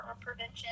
prevention